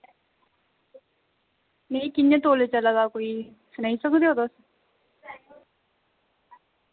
नेईं किन्ने तोले चला दा कोई सनाई सकदे ओ तुस